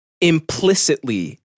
implicitly